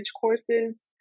courses